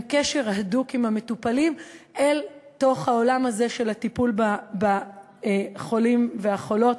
קשר הדוק עם המטופלים אל תוך העולם הזה של הטיפול בחולים ובחולות,